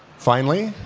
finally,